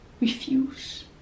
refuse